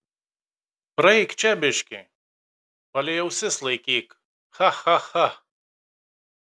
praeik čia biškį palei ausis laikyk cha cha cha